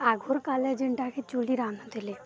ଆଗୁରୁ କାଲେ ଯେନ୍ଟାକେ ଚୁଲି ରାନ୍ଧୁଥିଲେ